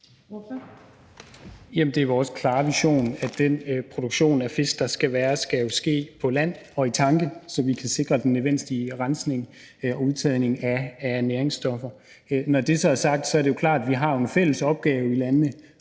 det er vores klare vision, at den produktion af fisk, der skal være, skal ske på land og i tanke, så vi kan sikre den nødvendige rensning og udtagning af næringsstoffer. Når det så er sagt, er det jo klart, at vi har en fælles opgave i landene